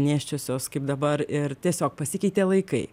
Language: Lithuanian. nėščiosios kaip dabar ir tiesiog pasikeitė laikai